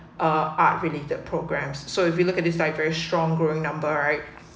uh art really that programmes so if you look at this diverse strong growing number right